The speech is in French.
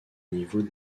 niveau